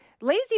lazy